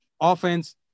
Offense